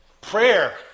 prayer